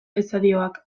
estadioak